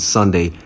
Sunday